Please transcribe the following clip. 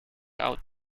out